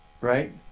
right